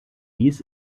dies